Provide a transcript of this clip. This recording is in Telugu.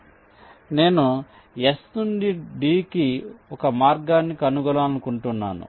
కాబట్టి నేను S నుండి D కి ఒక మార్గాన్ని కనుగొనాలనుకుంటున్నాను